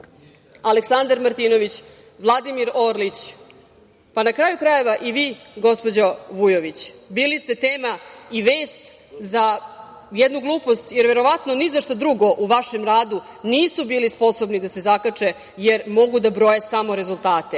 Aleksandar Martinović, Vladimir Orlić, pa na kraju krajeva i vi, gospođo Vujović, bili ste tema i vest za jednu glupost, jer verovatno ni za šta drugo u vašem radu nisu bili sposobni da se zakače, jer mogu da broje samo rezultate